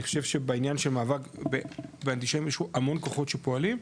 אני חושב שבעניין של מאבק באנטישמיות יש המון כוחות שפועלים,